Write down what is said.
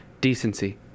Decency